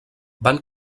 van